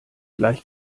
gleich